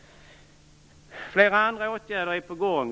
Flera andra åtgärder är på gång.